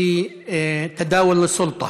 חילופי שלטון.